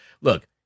look